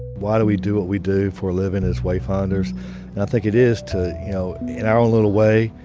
why do we do what we do for a living as wayfinders? and i think it is to you know in our little way,